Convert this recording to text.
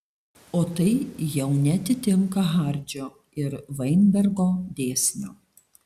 o tai jau neatitinka hardžio ir vainbergo dėsnio